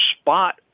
spot